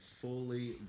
fully